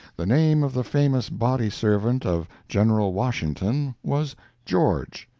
the name of the famous body-servant of general washington was george.